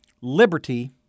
liberty